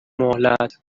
مهلت